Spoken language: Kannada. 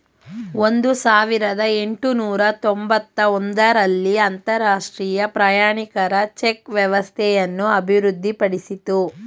ಒಂದು ಸಾವಿರದ ಎಂಟುನೂರು ತೊಂಬತ್ತ ಒಂದು ರಲ್ಲಿ ಅಂತರಾಷ್ಟ್ರೀಯ ಪ್ರಯಾಣಿಕರ ಚೆಕ್ ವ್ಯವಸ್ಥೆಯನ್ನು ಅಭಿವೃದ್ಧಿಪಡಿಸಿತು